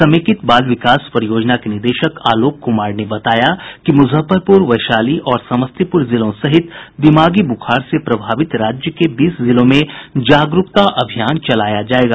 समेकित बाल विकास परियोजना के निदेशक आलोक कुमार ने बताया कि मुजफ्फरपुर वैशाली और समस्तीपुर जिलों सहित दिमागी बुखार से प्रभावित राज्य के बीस जिलों में जागरूकता अभियान चलाया जाएगा